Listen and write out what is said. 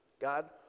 God